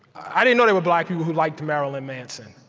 i didn't know there were black people who liked marilyn manson.